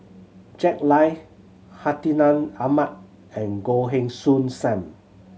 Jack Lai Hartinah Ahmad and Goh Heng Soon Sam